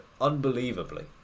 unbelievably